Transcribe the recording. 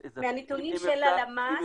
מהנתונים של הלשכה המרכזית לסטטיסטיקה --- מארי,